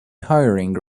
hiring